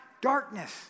darkness